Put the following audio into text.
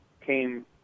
came